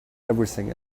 everything